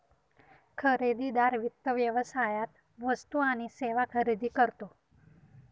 खरेदीदार वित्त व्यवसायात वस्तू आणि सेवा खरेदी करतो